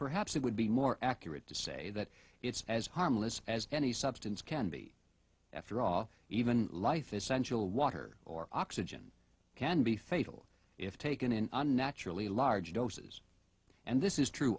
perhaps it would be more accurate to say that it's as harmless as any substance can be after all even life essential water or oxygen can be fatal if taken in unnaturally large doses and this is true